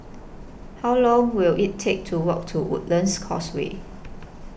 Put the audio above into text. How Long Will IT Take to Walk to Woodlands Causeway